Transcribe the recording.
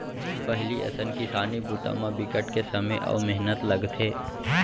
पहिली असन किसानी बूता म बिकट के समे अउ मेहनत लगथे